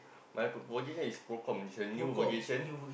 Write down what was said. my proposition is pro commission new vocation